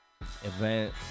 event